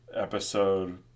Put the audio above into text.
episode